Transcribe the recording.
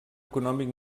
econòmic